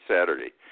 Saturday